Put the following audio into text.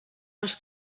les